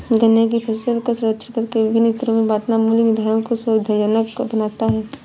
गन्ने की फसल का सर्वेक्षण करके विभिन्न स्तरों में बांटना मूल्य निर्धारण को सुविधाजनक बनाता है